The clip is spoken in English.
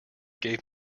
gave